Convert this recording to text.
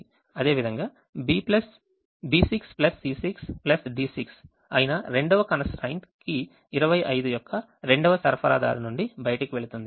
అదేవిధంగా B6 C6 D6 అయిన రెండవ constraint కి 25 యొక్క రెండవ సరఫరాదారు నుండి బయటకు వెళుతుంది